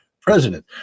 president